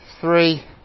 Three